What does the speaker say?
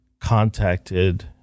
contacted